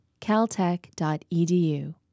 caltech.edu